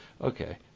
Okay